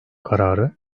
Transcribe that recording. kararı